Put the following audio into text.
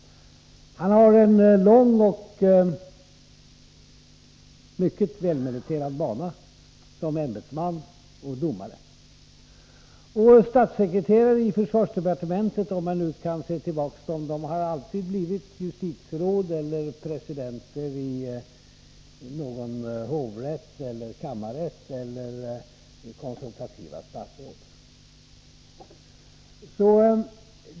Han har en lång och mycket välmeriterad bana som ämbetsman och domare. Statssekreterare i justitiedepartementet — visar det sig, om man ser tillbaka — har alltid blivit justitieråd eller presidenter vid någon hovrätt eller kammarrätt eller också konsultativa statsråd.